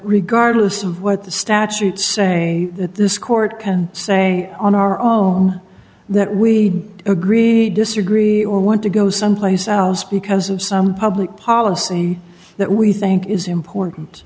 regardless of what the statutes say that this court can say on our own that we agree disagree or want to go someplace else because of some public policy that we think is important